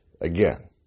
again